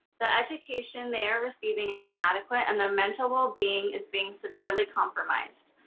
the education they're receiving is inadequate and their mental wellbeing is being severely compromised.